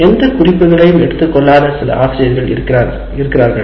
எந்த குறிப்புகளையும் எடுத்துக்கொள்ளாத சில ஆசிரியர்கள் இருக்கின்றனர்